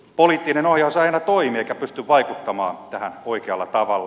poliittinen ohjaus ei aina toimi eikä pysty vaikuttamaan tähän oikealla tavalla